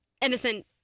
Innocent